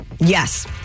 Yes